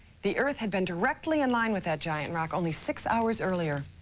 the earth had been directly in line with that giant rock only six hours earlier.